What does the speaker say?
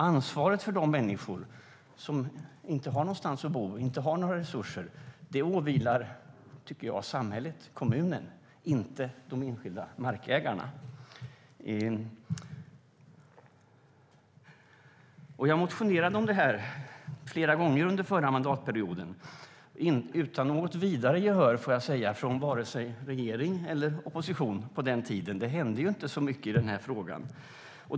Ansvaret för de människor som inte har någonstans att bo och inte har några resurser åvilar, tycker jag, samhället, kommunen, inte de enskilda markägarna. Jag motionerade om det här flera gånger under förra mandatperioden utan något vidare gehör från vare sig regering eller opposition på den tiden. Det hände ju inte så mycket i den här frågan.